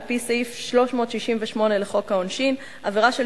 על-פי סעיף 368 לחוק העונשין: עבירה של